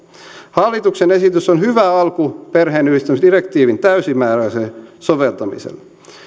hallituksen esitys on hyvä alku perheenyhdistämisdirektiivin täysimääräiselle soveltamiselle